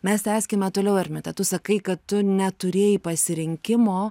mes tęskime toliau ermita tu sakai tu neturėjai pasirinkimo